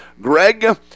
Greg